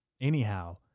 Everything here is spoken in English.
Anyhow